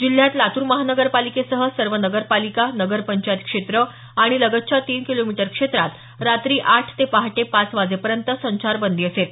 जिल्ह्यात लातूर महानगरपालिकेसह सर्व नगरपालिका नगरपंचायत क्षेत्र आणि लगतच्या तीन किलोमीटर क्षेत्रात रात्री आठ ते पहाटे पाच वाजेपर्यंत संचारबंदी असेल